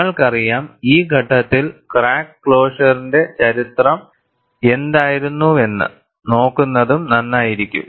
നിങ്ങൾക്കറിയാം ഈ ഘട്ടത്തിൽ ക്രാക്ക് ക്ലോഷറിന്റെ ചരിത്രം എന്തായിരുന്നുവെന്ന് നോക്കുന്നതും നന്നായിരിക്കും